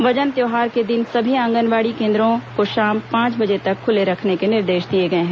वजन त्यौहार के दिन सभी आंगनबाड़ी केंद्रों को शाम पांच बजे तक खुले रखने के निर्देश दिए गए हैं